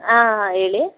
ಹಾಂ ಹೇಳಿ